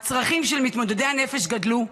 הצרכים של מתמודדי הנפש גדלו,